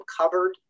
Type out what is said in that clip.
covered